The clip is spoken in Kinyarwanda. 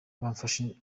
bamfashe